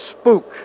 spook